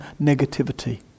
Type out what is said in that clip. negativity